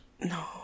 No